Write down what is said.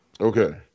Okay